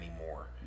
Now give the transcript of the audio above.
anymore